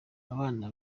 abana